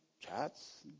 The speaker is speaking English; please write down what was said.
chats